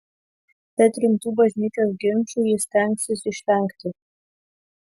bet rimtų bažnyčios ginčų ji stengsis išvengti